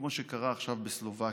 כמו שקרה עכשיו בסלובקיה,